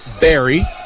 Barry